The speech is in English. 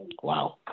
Wow